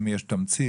אם יש באמת תמצית,